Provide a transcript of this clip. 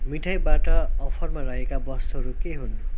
मिठाईबाट अफरमा रहेका वस्तुहरू के हुन्